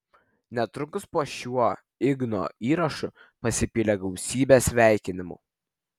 netrukus po šiuo igno įrašu pasipylė gausybė sveikinimų